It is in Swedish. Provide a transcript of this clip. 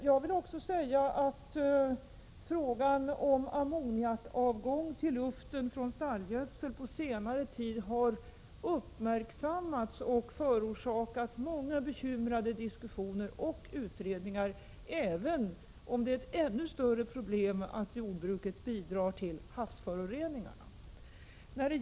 Jag vill vidare säga att frågan om ammoniakavgång till luften från stallgödsel på senare tid uppmärksammats och förorsakat många diskussioner där man gett uttryck för bekymmer samt lett till utredningar, även om det är ett ännu större problem att jordbruket bidrar till havsföroreningarna.